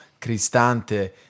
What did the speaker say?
Cristante